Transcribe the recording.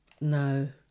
no